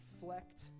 reflect